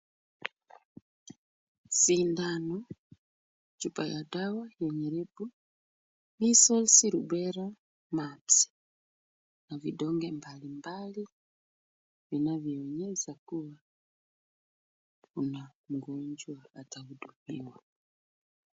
Sindano, chupa ya dawa yenye lebo measles, rubella, mumps na vidonge mbalimbali vinavyohimiza kuwa kuna mgonjwa atahudumiwa.